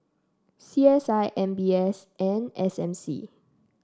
C S I M B S and S M C